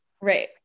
Right